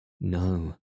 No